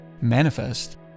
manifest